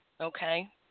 Okay